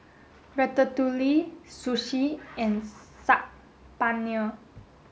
Ratatouille Sushi and Saag Paneer